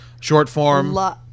short-form